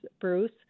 Bruce